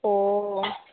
ও